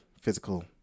physical